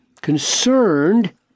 concerned